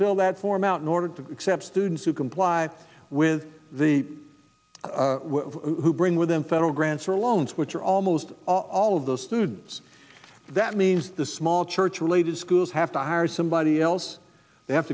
fill that four mountain ordered to accept students who comply with the who bring with them federal grants or loans which are almost all of those students that means the small church related schools have to hire somebody else they have